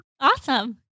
Awesome